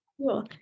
Cool